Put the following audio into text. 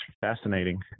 fascinating